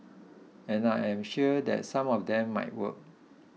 and I am sure that some of them might work